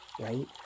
right